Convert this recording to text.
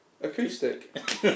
Acoustic